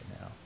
now